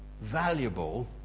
valuable